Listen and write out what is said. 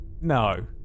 No